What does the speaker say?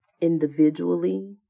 Individually